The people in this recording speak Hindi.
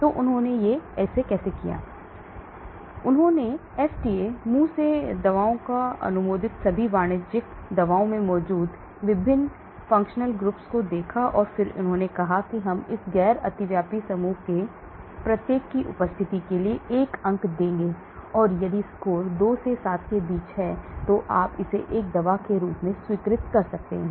तो उन्होंने इसे कैसे किया उन्होंने एफडीए मुँह से दवाओं अनुमोदित सभी वाणिज्यिक दवाओं में मौजूद विभिन्न कार्यात्मक समूहों को देखा और फिर उन्होंने कहा कि हम इस गैर अतिव्यापी समूह में से प्रत्येक की उपस्थिति के लिए 1 अंक देंगे और यदि स्कोर है 2 से 7 के बीच आप इसे एक दवा के रूप में वर्गीकृत कर सकते हैं